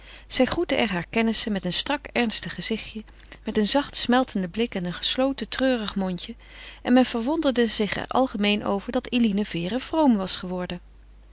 zij groette er hare kennissen met een strak ernstig gezichtje met een zacht smeltenden blik en een gesloten treurig mondje en men verwonderde zich er algemeen over dat eline vere vroom was geworden